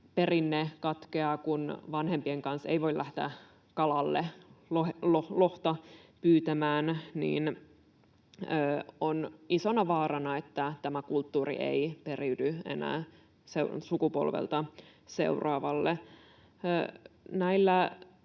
perinne kat-keaa, kun vanhempien kanssa ei voi lähteä kalalle lohta pyytämään, niin on isona vaarana, että tämä kulttuuri ei periydy enää sukupolvelta seuraavalle.